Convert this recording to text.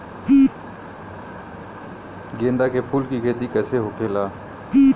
गेंदा के फूल की खेती कैसे होखेला?